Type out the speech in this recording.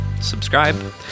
Subscribe